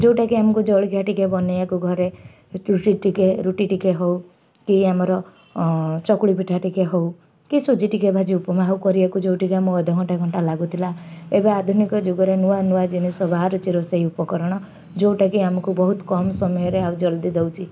ଯେଉଁଟାକି ଆମକୁ ଜଳଖିଆ ଟିକେ ବନେଇବାକୁ ଘରେ ଟିକେ ରୁଟି ଟିକେ ହଉ କି ଆମର ଚକୁଳି ପିଠା ଟିକେ ହଉ କି ସୁଜି ଟିକେ ଭାଜି ଉପମା କରିବାକୁ ଯେଉଁଠିକି ଆମ ଅଧଘଣ୍ଟା ଘଣ୍ଟା ଲାଗୁଥିଲା ଏବେ ଆଧୁନିକ ଯୁଗରେ ନୂଆ ନୂଆ ଜିନିଷ ବାହାରୁଛି ରୋଷେଇ ଉପକରଣ ଯେଉଁଟାକି ଆମକୁ ବହୁତ କମ୍ ସମୟରେ ଆଉ ଜଲ୍ଦି ଦେଉଛି